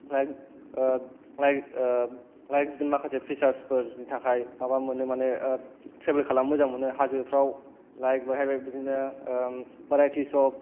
like बिदिनो माखासे फिसार्सफोरनि थाखाय माबा मोनो माने ट्रेभेल खालामनो मोजां मोनो हाजोफ्राव लाइक बेहायबो बिदिनो बेरायथिस अफ